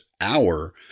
hour